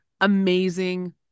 amazing